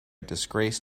disgrace